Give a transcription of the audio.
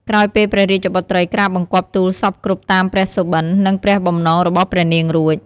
ក្រោយពេលព្រះរាជបុត្រីក្រាបបង្គំទូលសព្វគ្រប់តាមព្រះសុបិន និងព្រះបំណងរបស់ព្រះនាងរួច។